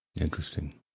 Interesting